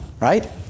right